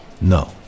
No